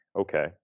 okay